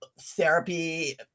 therapy